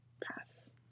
Pass